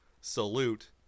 salute